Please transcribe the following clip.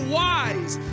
wise